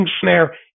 snare